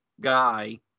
guy